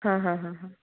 हाँ हाँ हाँ हाँ